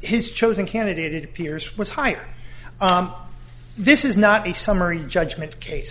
his chosen candidate it appears was higher this is not a summary judgment case